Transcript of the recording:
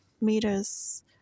meters